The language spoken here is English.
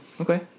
okay